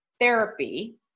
therapy